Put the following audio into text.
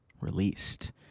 released